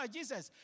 Jesus